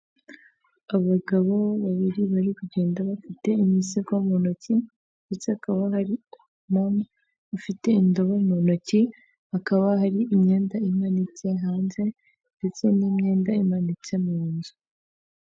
Abagabo babiri bari kugenda bafite imisego mu ntoki ndetse hakaba hari umudamu ufite indobo mu ntoki, hakaba hari imyenda imanitse hanze ndetse n'imyenda imanitse mu nzu.